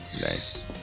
Nice